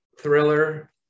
thriller